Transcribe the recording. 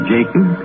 Jacob